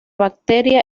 bacteria